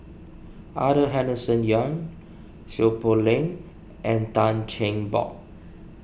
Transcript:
Arthur Henderson Young Seow Poh Leng and Tan Cheng Bock